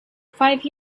five